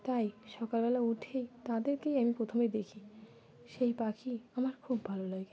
তাই সকালবেলা উঠেই তাদেরকেই আমি প্রথমে দেখি সেই পাখি আমার খুব ভালো লাগে